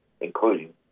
including